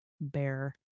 bear